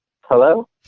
Hello